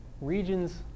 regions